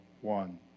one